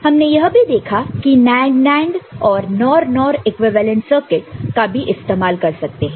हमने यह भी देखा कि NAND NAND और NOR NOR इक्विवेलेंट सर्किट का भी इस्तेमाल कर सकते हैं